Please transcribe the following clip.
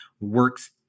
works